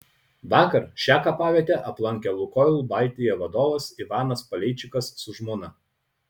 vakar šią kapavietę aplankė lukoil baltija vadovas ivanas paleičikas su žmona